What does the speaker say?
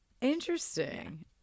Interesting